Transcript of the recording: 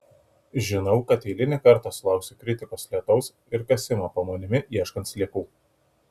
žinau kad eilinį kartą sulauksiu kritikos lietaus ir kasimo po manimi ieškant sliekų